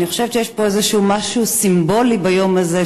אני חושבת שיש פה איזשהו משהו סימבולי ביום הזה,